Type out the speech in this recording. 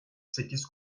sekiz